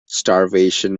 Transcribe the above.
starvation